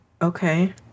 Okay